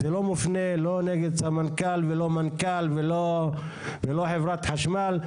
זה לא מופנה לא נגד סמנכ"ל ולא מנכ"ל ולא חברת חשמל.